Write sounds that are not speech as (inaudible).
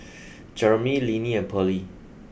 (noise) Jeremey Linnie and Pearlie